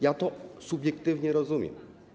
Ja to subiektywnie rozumiem.